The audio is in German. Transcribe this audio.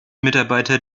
mitarbeiter